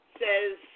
says